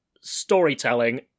storytelling